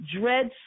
Dred